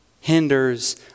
hinders